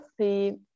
see